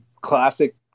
classic